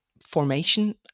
formation